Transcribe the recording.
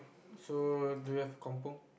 so do you have Kampung